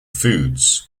foods